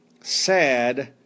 Sad